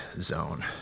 zone